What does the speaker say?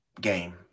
game